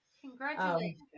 Congratulations